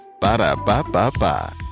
Ba-da-ba-ba-ba